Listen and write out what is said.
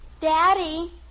Daddy